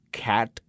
cat